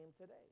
today